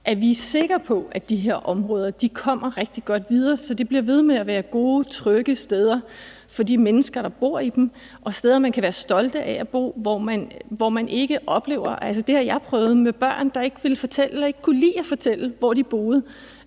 at vi er sikre på, at de her områder kommer rigtig godt videre, så de bliver ved med at være gode, trygge steder for de mennesker, der bor i dem, og steder, man kan være stolte af at bo. Jeg har oplevet børn, der ikke ville fortælle og ikke kunne lide at fortælle, hvor de boede,